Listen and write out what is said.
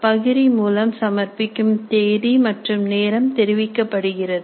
பகிரி மூலம் சமர்ப்பிக்கும் தேதி மற்றும் நேரம் தெரிவிக்கப்படுகிறது